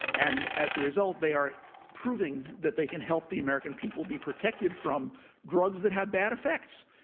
and as a result, they are proving that they can help the american people be protected from drugs that have bad effects.